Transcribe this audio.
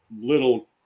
little